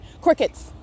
Crickets